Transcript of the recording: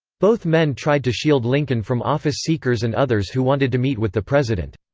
both men tried to shield lincoln from office-seekers and others who wanted to meet with the president.